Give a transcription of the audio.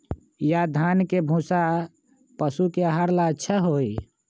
या धान के भूसा पशु के आहार ला अच्छा होई?